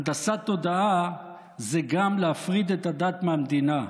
הנדסת תודעה זה גם להפריד את הדת מהמדינה,